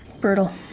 brutal